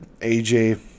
AJ